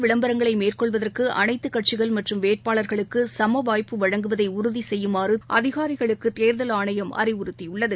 விளம்பரங்களைமேற்கொள்வதற்குஅனைத்துக் கட்சிகள் தேர்தல் மற்றும் வேட்பாளர்களுக்குசமவாய்ப்பு வழங்குவதைஉறுதிசெய்யுமாறுஅதிகாரிகளுக்குதேர்தல் ஆணையம் அறிவுறுத்தியுள்ளது